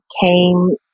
came